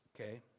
Okay